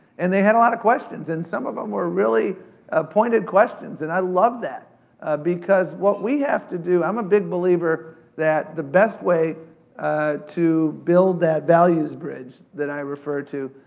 and they had a lot of questions. and some of em were really ah pointed questions. and i love that because what we have to do, i'm a big believer that the best way to build that values bridge, that i refer to,